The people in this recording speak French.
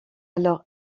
alors